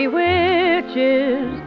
witches